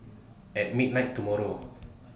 At midnight tomorrow